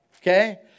Okay